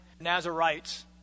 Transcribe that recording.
Nazarites